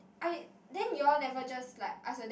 I then you all never just like ask your dad